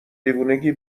دیوونگی